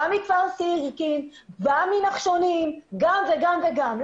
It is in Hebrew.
גם מכפר סירקין, גם מנחשונים, גם וגם וגם?